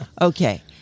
Okay